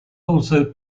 also